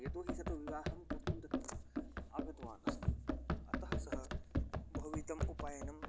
यतो हि सतो विवाहं कर्तुं तत्र अगतव न् अस्ति अतः सः बहुविधम् उपायनं